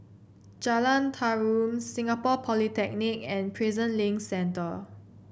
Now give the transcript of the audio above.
Jalan Tarum Singapore Polytechnic and Prison Link Centre